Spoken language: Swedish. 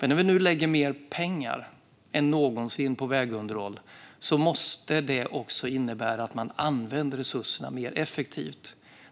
När vi nu lägger mer pengar än någonsin på vägunderhåll måste det innebära att resurserna används mer effektivt.